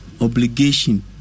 obligation